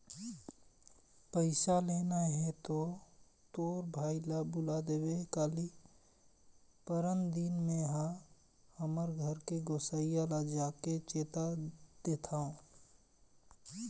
पइसा लेना हे तो तोर भाई ल बुला देबे काली, परनदिन में हा हमर घर के गोसइया ल जाके चेता देथव